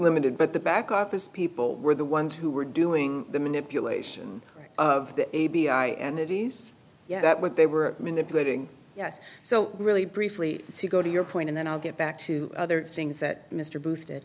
limited but the back office people were the ones who were doing the manipulation of the a b i and ities that what they were manipulating us so really briefly to go to your point and then i'll get back to other things that mr boo